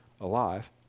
alive